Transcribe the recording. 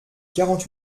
quarante